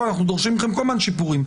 אנחנו דורשים מכם כל הזמן שיפורים,